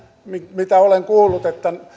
mitä olen kuullut